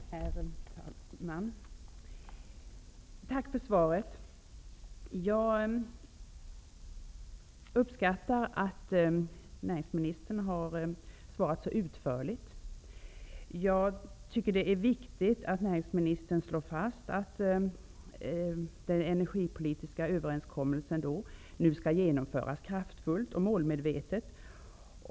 Herr talman! Jag tackar för svaret. Jag uppskattar att näringsministern har svarat så utförligt. Jag tycker att det är viktigt att näringsministern slår fast att den energipolitiska överenskommelsen nu skall genomföras kraftfullt och målmedvetet.